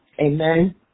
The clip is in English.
Amen